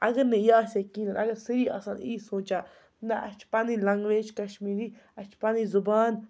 اگر نَے یہِ آسہِ ہا کِہیٖنۍ اگر سٲری آسہٕ ہن یی سونٛچان نہ اَسہِ چھِ پَنٕنۍ لنٛگویج کشمیٖری اَسہِ چھِ پَنٕنۍ زُبان